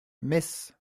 metz